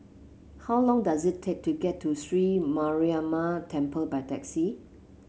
how long does it take to get to SriLanka Mariamman Temple by taxi